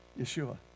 Yeshua